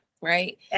right